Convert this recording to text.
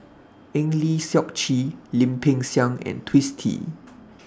Eng Lee Seok Chee Lim Peng Siang and Twisstii